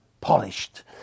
polished